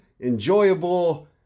enjoyable